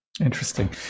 Interesting